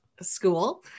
school